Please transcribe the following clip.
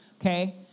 Okay